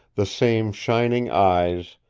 the same shining eyes,